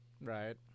Right